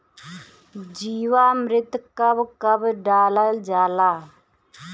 जीवामृत कब कब डालल जाला?